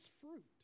fruit